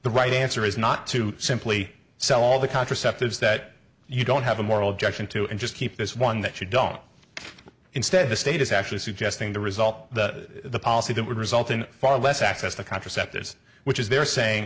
the right answer is not to simply sell all the contraceptives that you don't have a moral objection to and just keep this one that you don't instead the state is actually suggesting to result that the policy that would result in far less access to contraceptives which is they're saying